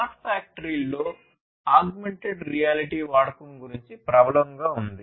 smart ఫ్యాక్టరీలలో augmented reality వాడకం చాలా ప్రబలంగా ఉంది